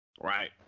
Right